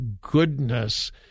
goodness